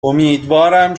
امیدوارم